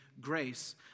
grace